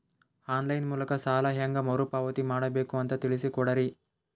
On line ಮೂಲಕ ಸಾಲ ಹೇಂಗ ಮರುಪಾವತಿ ಮಾಡಬೇಕು ಅಂತ ತಿಳಿಸ ಕೊಡರಿ?